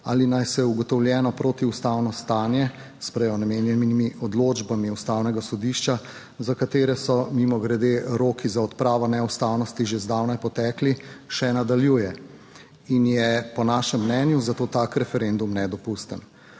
ali naj se ugotovljeno protiustavno stanje s prej omenjenimi odločbami Ustavnega sodišča, za katere so mimogrede roki za odpravo neustavnosti že zdavnaj potekli, še nadaljuje. Po našem mnenju je zato tak referendum nedopusten.